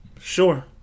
Sure